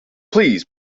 please